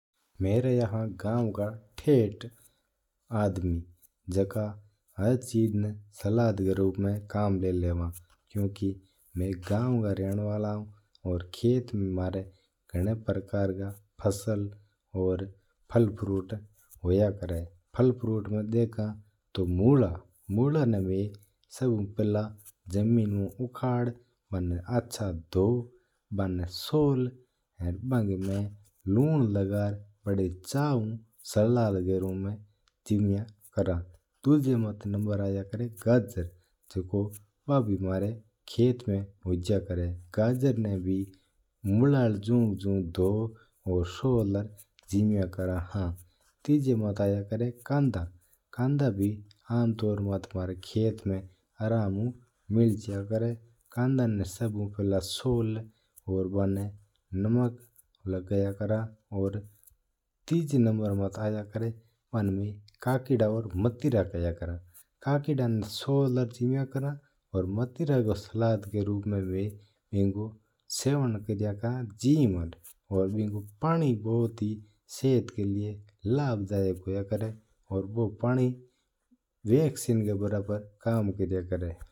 मी रहगा गाव का ठेठ आदमी जका हर चीज ना सलाद री रुप्प में कम्म ला लिया करा है। क्युकी मै गाव रा रेवन वाला हा और खेत म्हारा गणा प्रकार का फसला हुको है। और फल फ्रूट हुको है तो देखा तो मुल्ला ना सभू पहल उखाडन बना आच्चा दू बना चोल बना माता लूण लगण अरमू सलाद का रुप्प में जिम्या करा हा। दोजा माता है गाजर म्हारा खेत में उग्या करा है गाजर ना भी मुल्ला री जू री जू धोन्न चोल और जिम्या करा हा। तीजा माता आयो करा है कांदा जो म्हारा आता खेत में उग्या करा है। कांदा ना सभू फेला शूल और नमक लगण प्रोस्यव करा है।